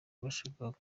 bashakaga